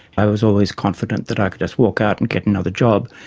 i was always confident that i could just walk out and get another job.